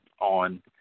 on